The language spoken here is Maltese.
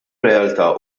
realtà